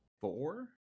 Four